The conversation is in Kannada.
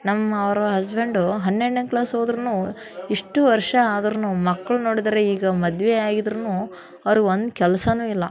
ನಮ್ಮ ಅವರ ಹಸ್ಬೆಂಡು ಹನ್ನೆರಡನೇ ಕ್ಲಾಸ್ ಓದಿದ್ರುನು ಇಷ್ಟು ವರ್ಷ ಅದ್ರೂ ಮಕ್ಳನ್ನ ನೋಡಿದರೆ ಈಗ ಮದ್ವೆ ಆಗಿದ್ರೂ ಅಔರ ಒಂದು ಕೆಲ್ಸನೂ ಇಲ್ಲ